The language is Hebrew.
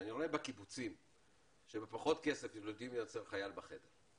שאני רואה בקיבוצים שבפחות כסף הם יודעים לשכן חייל בחדר.